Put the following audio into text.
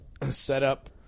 setup